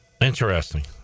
interesting